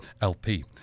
LP